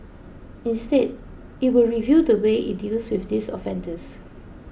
instead it will review the way it deals with these offenders